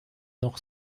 noch